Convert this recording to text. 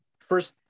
First